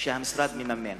שהמשרד מממן.